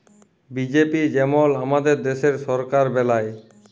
BJP যেমল আমাদের দ্যাশের সরকার বেলায়